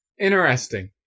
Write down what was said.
Interesting